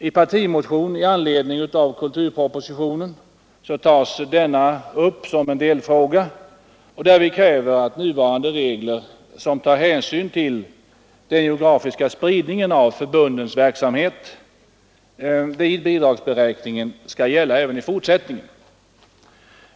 I en partimotion i anledning av kulturpropositionen tas den upp som en delfråga, och vi kräver att nuvarande regler — som tar hänsyn till den geografiska spridningen av förbundens verksamhet vid bidragsberäkningen — skall gälla även i fortsättningen.